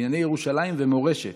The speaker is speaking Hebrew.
לענייני ירושלים ומורשת.